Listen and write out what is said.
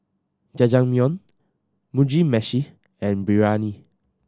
Jajangmyeon Mugi Meshi and Biryani